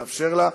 נאפשר לה.